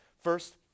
First